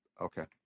Okay